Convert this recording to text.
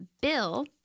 Bill